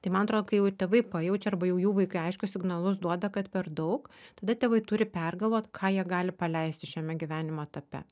tai man atrodo kai jau ir tėvai pajaučia arba jau jų vaikai aiškius signalus duoda kad per daug tada tėvai turi pergalvot ką jie gali paleisti šiame gyvenimo etape